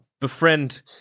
befriend